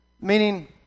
Meaning